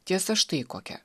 tiesa štai kokia